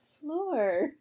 floor